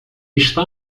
está